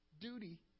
duty